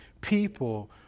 people